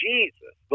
Jesus